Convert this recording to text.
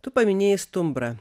tu paminėjai stumbrą